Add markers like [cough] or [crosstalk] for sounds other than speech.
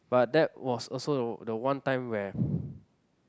but that was also the the one time where [breath]